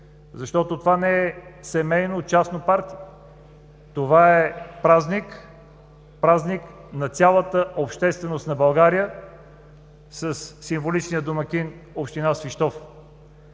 срещи. Това не е семейно, частно парти! Това е празник – празник на цялата общественост на България, със символичен домакин община Свищов.